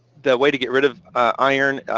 the way to get rid of iron,